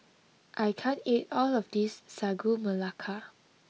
I can't eat all of this Sagu Melaka